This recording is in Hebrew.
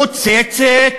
חוצצת,